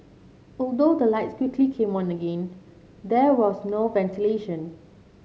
although the lights quickly came on again there was no ventilation